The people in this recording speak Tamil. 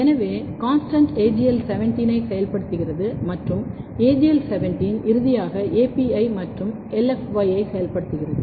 எனவே CONSTANST AGL17 ஐ செயல்படுத்துகிறது மற்றும் AGL 17 இறுதியாக AP1 மற்றும் LFY ஐ செயல்படுத்துகிறது